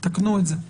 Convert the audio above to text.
תקנו את זה.